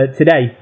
today